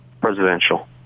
presidential